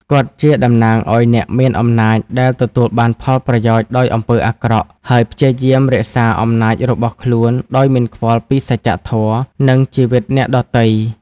គាត់ជាតំណាងឲ្យអ្នកមានអំណាចដែលទទួលបានផលប្រយោជន៍ដោយអំពើអាក្រក់ ហើយព្យាយាមរក្សាអំណាចរបស់ខ្លួនដោយមិនខ្វល់ពីសច្ចធម៌ និងជីវិតអ្នកដទៃ។